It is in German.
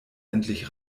endlich